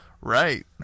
Right